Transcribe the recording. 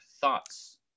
thoughts